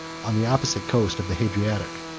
on the opposite coast of the adriatic.